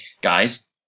Guys